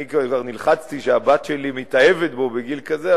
אני כבר נלחצתי שהבת שלי מתאהבת בו בגיל כזה,